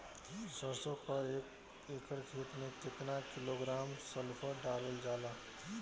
सरसों क एक एकड़ खेते में केतना किलोग्राम सल्फर डालल जाला?